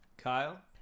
kyle